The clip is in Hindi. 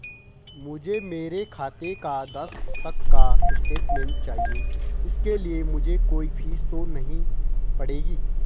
मुझे मेरे खाते का दस तक का स्टेटमेंट चाहिए इसके लिए मुझे कोई फीस तो नहीं पड़ेगी?